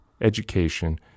education